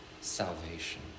salvation